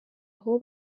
aho